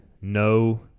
No